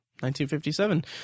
1957